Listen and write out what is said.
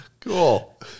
Cool